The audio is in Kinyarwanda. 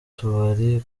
tubari